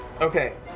Okay